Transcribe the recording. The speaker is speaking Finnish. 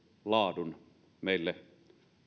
laadun meille